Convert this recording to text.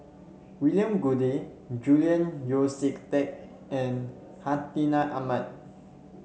William Goode Julian Yeo See Teck and Hartinah Ahmad